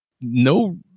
no